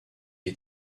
est